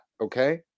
okay